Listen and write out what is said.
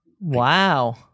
Wow